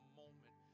moment